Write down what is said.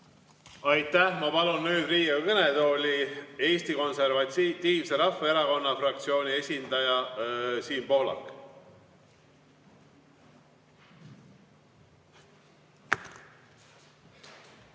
Aitäh! Ma palun nüüd Riigikogu kõnetooli Eesti Konservatiivse Rahvaerakonna fraktsiooni esindaja Siim Pohlaku.